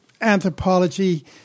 anthropology